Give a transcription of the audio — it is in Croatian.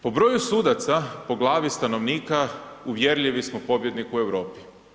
Po broju sudaca po glavi stanovnika, uvjerljivi smo pobjednik u Europi.